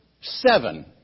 seven